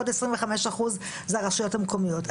עוד עשרים וחמישה אחוז זה הרשויות המקומיות.